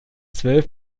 zwölf